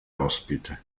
ospite